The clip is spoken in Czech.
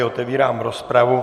Otevírám rozpravu.